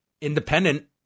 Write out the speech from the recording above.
independent